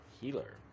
Healer